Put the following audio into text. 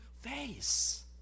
face